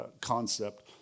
concept